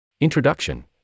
Introduction